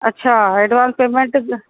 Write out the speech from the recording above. अच्छा advance payment